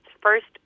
first